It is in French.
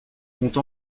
compte